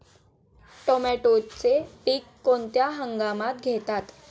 टोमॅटोचे पीक कोणत्या हंगामात घेतात?